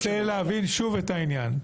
אני רוצה להבין שוב את העניין.